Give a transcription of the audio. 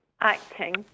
acting